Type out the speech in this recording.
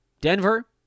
Denver